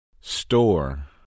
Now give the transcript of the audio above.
Store